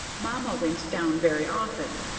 mamma went down very often.